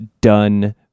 done